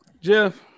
Jeff